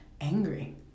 angry